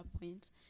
points